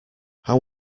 how